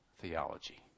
theology